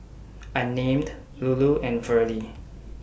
Unnamed Lulu and Verlie